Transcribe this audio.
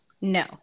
no